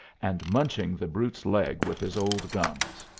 and munching the brute's leg with his old gums.